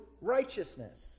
righteousness